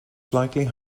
slightly